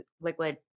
liquid